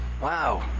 Wow